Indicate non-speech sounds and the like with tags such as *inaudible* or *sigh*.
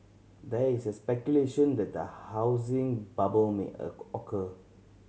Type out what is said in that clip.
there is *unintelligible* speculation that a housing bubble may *unintelligible* occur